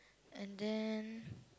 and then